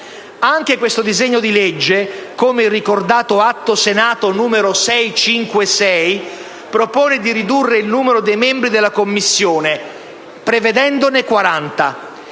Anche questo disegno di legge, come il ricordato Atto Senato n. 656, propone di ridurre il numero dei membri della Commissione, prevedendone 40.